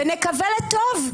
ונקווה לטוב.